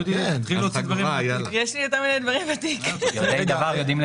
(3)להמליץ לשרים בדבר אופן המדידה של